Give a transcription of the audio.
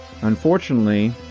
unfortunately